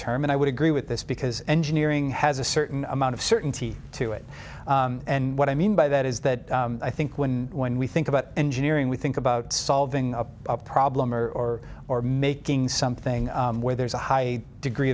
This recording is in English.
term and i would agree with this because engineering has a certain amount of certainty to it and what i mean by that is that i think when when we think about engineering we think about solving a problem or or or making something where there's a high degree